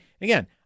again